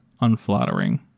unflattering